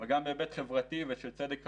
וגם בהיבט חברתי וצדק חלוקתי.